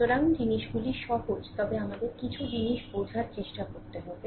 সুতরাং জিনিসগুলি সহজ তবে আমাদের কিছু জিনিস বোঝার চেষ্টা করতে হবে